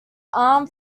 armed